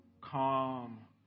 calm